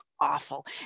awful